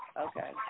Okay